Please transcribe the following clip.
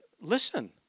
listen